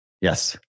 Yes